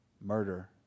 murder